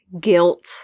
guilt